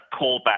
callback